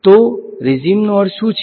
તો રેજીમ્સ નો અર્થ શું છે